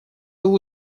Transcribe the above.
был